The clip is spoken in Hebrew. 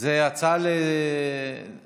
זו הצעת חוק.